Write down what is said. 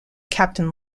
captain